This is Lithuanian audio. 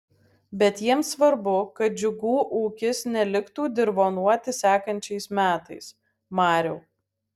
bet jiems svarbu kad džiugų ūkis neliktų dirvonuoti sekančiais metais mariau